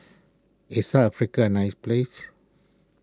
is South Africa a nice place